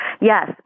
yes